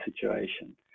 situation